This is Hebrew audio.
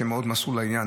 שמאוד מסור לעניין,